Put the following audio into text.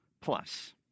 plus